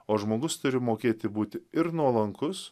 o žmogus turi mokėti būti ir nuolankus